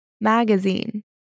Magazine